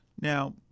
Now